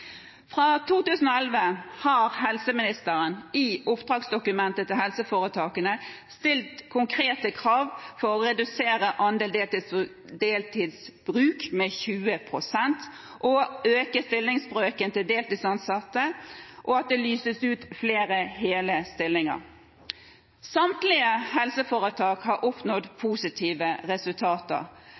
Fra 2011 har helseministeren i oppdragsdokumentet til helseforetakene stilt konkrete krav for å redusere andelen deltidsbruk med 20 pst., øke stillingsbrøken til deltidsansatte, og for at det lyses ut flere hele stillinger. Samtlige helseforetak har oppnådd positive resultater,